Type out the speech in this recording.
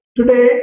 Today